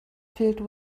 filled